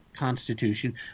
Constitution